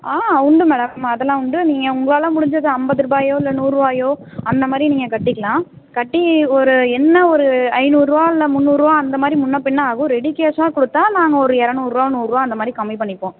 ஆ உண்டு மேடம் அதெல்லாம் உண்டு நீங்கள் உங்களால் முடிஞ்சது ஐம்பது ரூபாயோ இல்லை நூறு ரூபாயோ அந்த மாதிரி நீங்கள் கட்டிக்கலாம் கட்டி ஒரு என்ன ஒரு ஐநூறு ரூபா இல்லை முந்நூறு ரூபா அந்த மாதிரி முன்னே பின்னே ஆகும் ரெடி கேஷாக கொடுத்தா நாங்கள் ஒரு இரநூறு ரூபா நூறு ரூபா அந்த மாதிரி கம்மி பண்ணிப்போம்